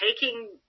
taking